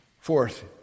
Fourth